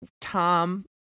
Tom